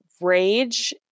rage